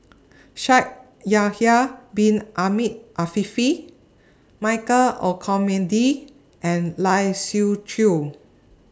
Shaikh Yahya Bin Ahmed Afifi Michael Olcomendy and Lai Siu Chiu